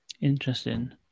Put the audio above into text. interesting